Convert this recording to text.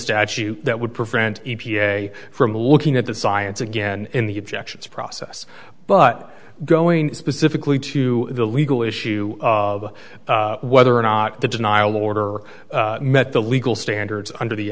statute that would prevent e p a from looking at the science again in the objections process but going specifically to the legal issue of whether or not the denial order met the legal standards under the